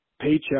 paycheck